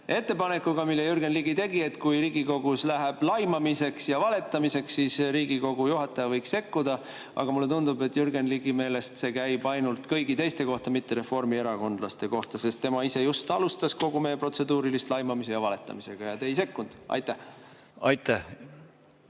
ettepanekuga, mille Jürgen Ligi tegi, et kui Riigikogus läheb laimamiseks ja valetamiseks, siis Riigikogu juhataja võiks sekkuda. Aga mulle tundub, et Jürgen Ligi meelest see käib ainult kõigi teiste kohta, mitte reformierakondlaste kohta, sest tema ise just alustas kogu meie protseduurilist[e küsimuste jada] laimamise ja valetamisega ning te ei sekkunud. Aitäh! Jaa,